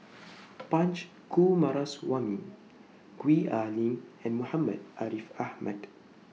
Punch Coomaraswamy Gwee Ah Leng and Muhammad Ariff Ahmad